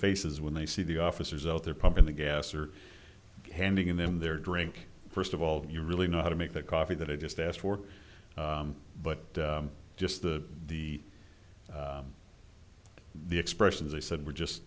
faces when they see the officers out there pumping the gas or handing them their drink first of all you really know how to make that coffee that i just asked for but just the the the expressions they said were just